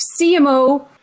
CMO